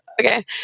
okay